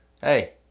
hey